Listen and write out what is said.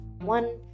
one